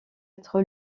être